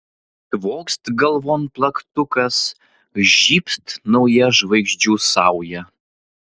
tvokst galvon plaktukas žybt nauja žvaigždžių sauja